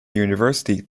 university